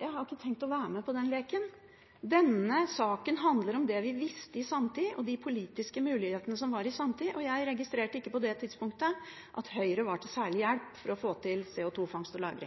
har ikke tenkt å være med på den leken. Denne saken handler om det vi visste i samtid, og de politiske mulighetene som var i samtid, og jeg registrerte ikke på det tidspunktet at Høyre var til særlig hjelp for å få til CO2-fangst og